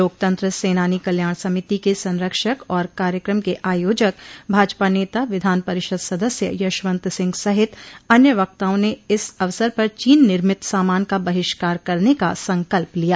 लोकतंत्र सेनानी कल्याण समिति के संरक्षक और कार्यक्रम के आयोजक भाजपा नेता विधान परिषद सदस्य यशंवत सिंह सहित अन्य वक्ताओं ने इस अवसर पर चीन निर्मित सामान का बहिष्कार करने का संकल्प लिया